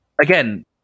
again